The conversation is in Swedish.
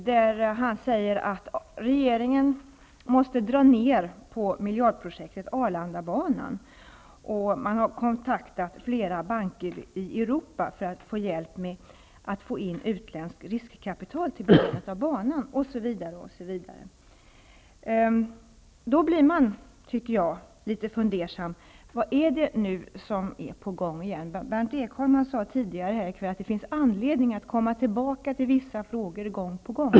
Han säger där att regeringen måste dra ner på miljardprojektet Arlandabanan. Man har kontaktat flera banker i Europa för att få hjälp med att få in utländskt riskkapital till banan osv. Då blir man litet fundersam -- vad är det nu som är på gång igen? Berndt Ekholm sade tidigare här i kväll att det finns anledning att komma tillbaka till vissa frågor gång på gång.